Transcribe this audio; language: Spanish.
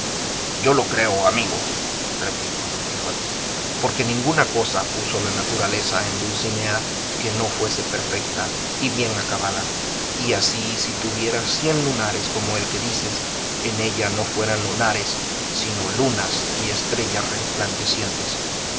yo lo creo amigo replicó don quijote porque ninguna cosa puso la naturaleza en dulcinea que no fuese perfecta y bien acabada y así si tuviera cien lunares como el que dices en ella no fueran lunares sino lunas y estrellas